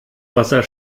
wasser